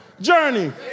journey